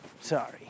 Sorry